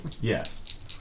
Yes